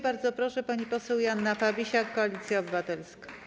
Bardzo proszę, pani poseł Joanna Fabisiak, Koalicja Obywatelska.